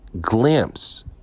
glimpse